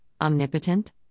omnipotent